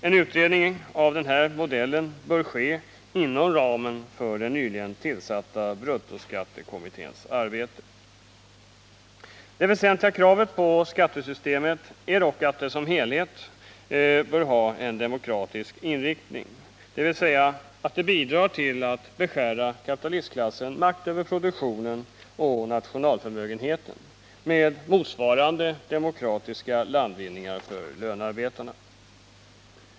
En utredning av denna modell bör ske inom ramen för den nyligen tillsatta bruttoskattekommitténs arbete. Det väsentliga kravet på skattesystemet är dock att det som helhet bör ha en demokratisk inriktning, dvs. att det bidrar till att beskära kapitalistklassens makt över produktionen och nationalförmögenheten med motsvarande demokratiska landvinningar för lönearbetarna.